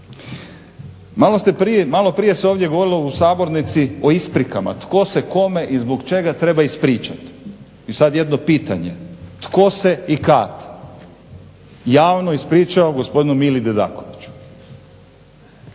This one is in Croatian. Maloprije se ovdje govorilo u sabornici o isprikama, tko se kome i zbog čega treba ispričati. I sad jedno pitanje, tko se i kad javno ispričao gospodinu Mili Dedakoviću?